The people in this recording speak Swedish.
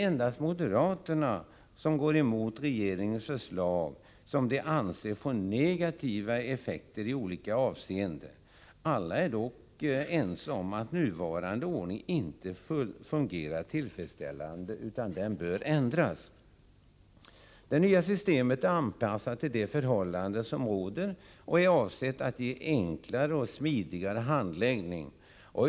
Endast moderaterna går emot regeringens förslag, som de anser få negativa effekter i olika avseenden. Alla är dock ense om att den nuvarande ordningen inte fungerar tillfredsställande utan bör ändras. Det nya systemet är anpassat till de förhållanden som råder och är avsett att ge en enklare och smidigare handläggning.